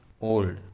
old